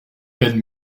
pêle